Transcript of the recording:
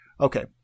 Okay